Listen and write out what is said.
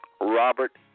Robert